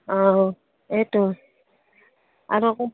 অঁ এইটো আৰু